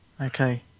Okay